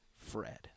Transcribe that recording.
Fred